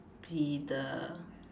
be the